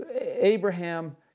Abraham